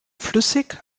flüssig